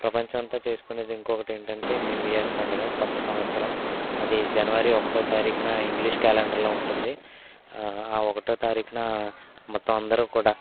ప్రపంచం అంతా చేసుకునేది ఇంకోకటేంటంటే న్యూ ఇయర్ పండగ కొత్త సంవత్సరం అది జనవరి ఒకటో తారీఖున ఇంగ్లిష్ క్యాలెండర్లో ఉంటుంది ఆ ఒకటో తారీఖున మొత్తం అందరూ కూడా